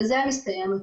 בזה מסתיים הטיפול.